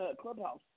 Clubhouse